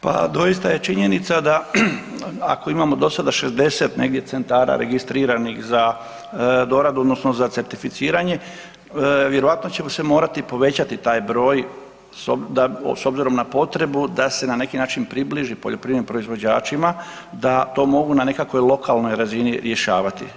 Pa doista je činjenica da ako imamo dosada 60 negdje centara registriranih za doradu odnosno za certificiranje, vjerovatno ćemo se morati povećati taj broj s obzirom na potrebu da se na neki način približi poljoprivrednim proizvođačima da to mogu na nekakvoj lokalnoj razini rješavati.